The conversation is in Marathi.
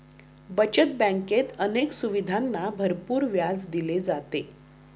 बचत बँकेत अनेक सुविधांना भरपूर व्याज दिले जाते